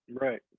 Right